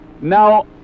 Now